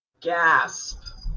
Gasp